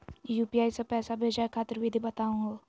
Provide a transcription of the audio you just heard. UPI स पैसा भेजै खातिर विधि बताहु हो?